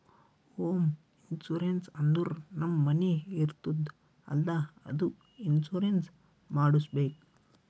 home insurance ಅಂದುರ್ ನಮ್ ಮನಿ ಇರ್ತುದ್ ಅಲ್ಲಾ ಅದ್ದುಕ್ ಇನ್ಸೂರೆನ್ಸ್ ಮಾಡುಸ್ಬೇಕ್